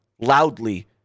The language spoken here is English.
loudly